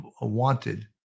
wanted